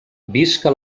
visca